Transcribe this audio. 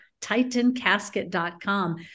titancasket.com